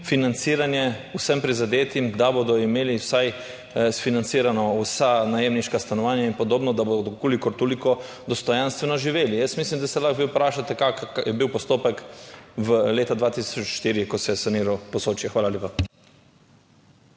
financiranje vsem prizadetim, da bodo imeli vsaj financirano vsa najemniška stanovanja in podobno, da bodo kolikor toliko dostojanstveno živeli. Jaz mislim, da se lahko vi vprašate, kako je bil postopek v letu 2004, ko se je saniralo Posočje? Hvala lepa.